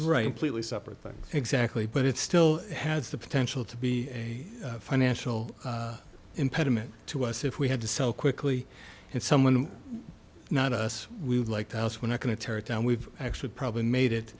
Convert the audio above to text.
things exactly but it still has the potential to be a financial impediment to us if we had to sell quickly and someone not us we would like the house we're not going to tear it down we've actually probably made it